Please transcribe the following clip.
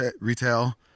retail